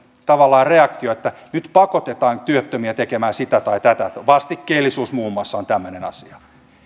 tavallaan semmoinen reaktio että nyt pakotetaan työttömiä tekemään sitä tai tätä vastikkeellisuus muun muassa on tämmöinen asia